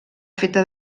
feta